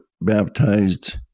baptized